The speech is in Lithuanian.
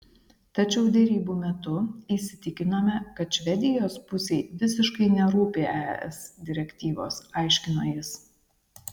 tačiau derybų metu įsitikinome kad švedijos pusei visiškai nerūpi es direktyvos aiškino jis